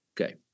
Okay